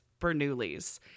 Bernoullis